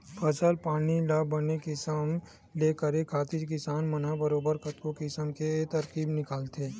फसल पानी ल बने किसम ले करे खातिर किसान मन ह बरोबर कतको किसम के तरकीब निकालथे